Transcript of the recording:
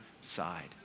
side